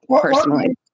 personally